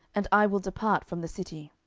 and i will depart from the city.